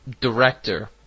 director